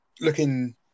looking